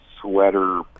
sweater